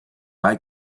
eye